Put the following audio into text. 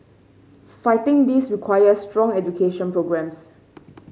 fighting this requires strong education programmes